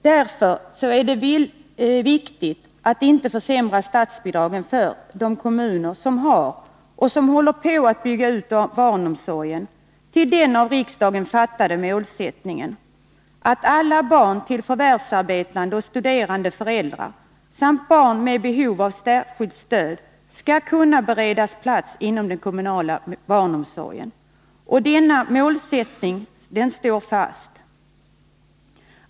Det är därför viktigt att inte försämra statsbidragen för de kommuner som har byggt ut och som håller på att bygga ut barnomsorgen för att uppnå den av riksdagen beslutade målsättningen, att alla barn till förvärvsarbetande och studerande föräldrar samt barn med behov av särskilt stöd skall kunna beredas plats inom den kommunala barnomsorgen. Denna målsättning står fast.